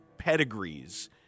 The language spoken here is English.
Pedigrees